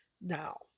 Now